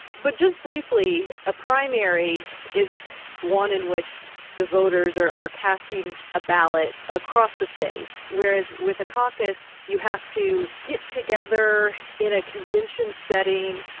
but just briefly, a primary is one in which the voters are are casting a ballot across the state, whereas with a caucus, you have to get together in a convention setting,